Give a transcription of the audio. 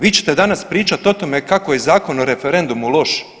Vi ćete danas pričat o tome kako je Zakon o referendumu loš.